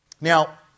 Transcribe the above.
Now